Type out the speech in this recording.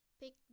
pick